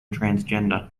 transgender